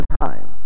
time